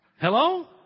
Hello